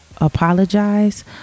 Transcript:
apologize